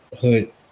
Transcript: Hood